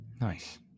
nice